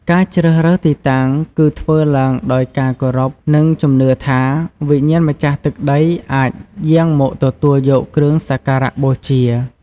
ការជ្រើសរើសទីតាំងគឺធ្វើឡើងដោយការគោរព និងជំនឿថា វិញ្ញាណម្ចាស់ទឹកដីអាចយាងមកទទួលយកគ្រឿងសក្ការៈបូជា។